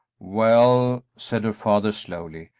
well, said her father, slowly,